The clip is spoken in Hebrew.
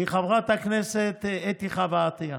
והיא חברת הכנסת אתי חוה עטייה.